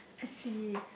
I see